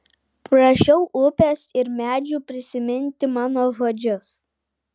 prašiau upės ir medžių prisiminti mano žodžius